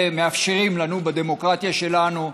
מאפשרים לנו בדמוקרטיה שלנו,